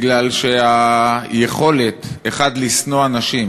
כי היכולת, אחת, לשנוא אנשים,